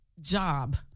job